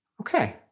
Okay